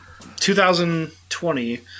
2020